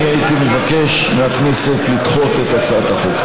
אני מבקש מהכנסת לדחות את הצעת החוק.